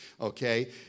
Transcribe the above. okay